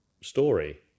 story